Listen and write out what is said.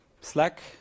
slack